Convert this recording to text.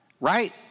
right